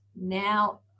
now